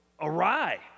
awry